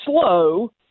slow